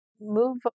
move